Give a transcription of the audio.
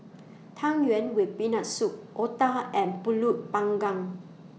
Tang Yuen with Peanut Soup Otah and Pulut Panggang